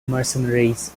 mercenaries